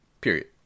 period